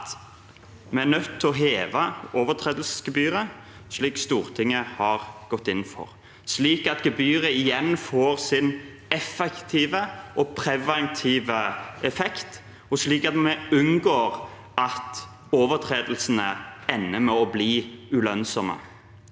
vi er nødt til å heve overtredelsesgebyret, slik Stortinget har gått inn for, slik at gebyret igjen får sin effektive og preventive effekt, og slik at vi unngår at overtredelsene ender med å bli lønnsomme.